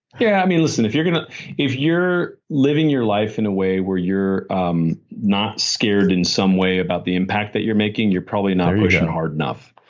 yeah. i mean listen. if you're if you're living your life in a way where you're um not scared in some way about the impact that you're making, you're probably not pushing and hard enough.